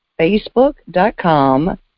facebook.com